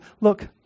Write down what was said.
look